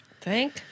Thank